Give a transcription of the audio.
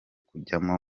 kujyamo